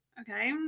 Okay